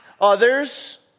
others